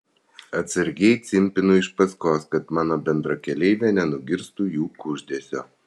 atsargiai cimpinu iš paskos kad mano bendrakeleivė nenugirstų jų kuždesio